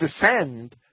descend